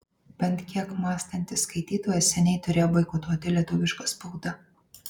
bent kiek mąstantis skaitytojas seniai turėjo boikotuoti lietuvišką spaudą